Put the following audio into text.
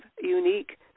unique